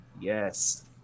Yes